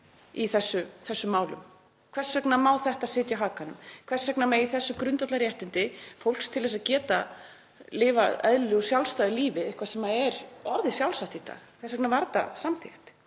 í þessum málum? Hvers vegna má þetta sitja á hakanum? Hvers vegna sitja þessi grundvallarréttindi fólks til þess að geta lifað eðlilegu og sjálfstæðu lífi — eitthvað sem er orðið sjálfsagt í dag og þess vegna var þetta samþykkt